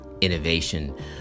innovation